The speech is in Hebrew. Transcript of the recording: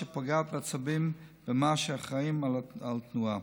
שפוגעת בעצבים במוח שאחראיים לתנועה.